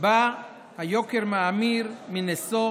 שבה היוקר מאמיר מנשוא